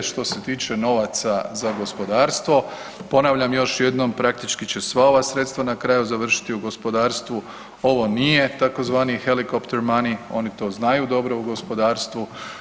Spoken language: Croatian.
Što se tiče novaca za gospodarstvo, ponavljam još jednom praktički će sva ova sredstva na kraju završiti u gospodarstvu ono nije tzv. helikopter money, oni to znaju dobro u gospodarstvu.